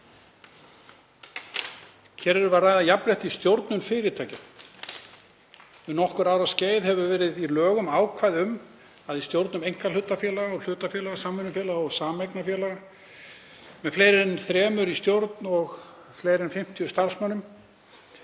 er um að ræða jafnrétti í stjórnum fyrirtækja. Um nokkurra ára skeið hefur verið í lögum ákvæði um að í stjórnum einkahlutafélaga, hlutafélaga, samvinnufélaga og sameignarfélaga með fleiri en þrjá í stjórn og fleiri en 50 starfsmenn,